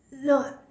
not